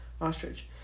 ostrich